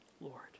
Lord